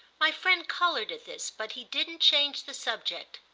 my friend coloured at this, but he didn't change the subject.